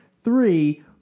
three